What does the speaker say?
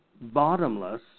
bottomless